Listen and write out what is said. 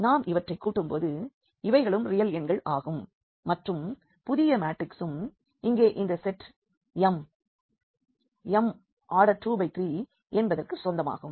நாம் இவற்றை கூட்டும்போது இவைகளும் ரியல் எண்கள் ஆகும் மற்றும் புதிய மேட்ரிக்சும் இங்கே இந்த செட் m M2×3 என்பதிற்கு சொந்தமாகும்